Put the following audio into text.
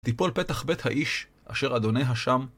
טיפול פתח בית האיש, אשר אדוניה שם